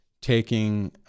taking